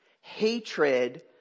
hatred